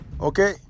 okay